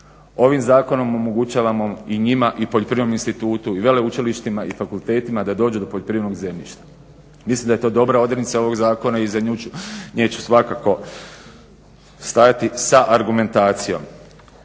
Ovim zakonom omogućavamo i njima, i poljoprivrednom institutu, i veleučilištima, i fakultetima da dođu do poljoprivrednog zemljišta. Mislim da je to dobra odrednica ovog zakona i za nju ću, iza nje ću svakako stajati sa argumentacijom.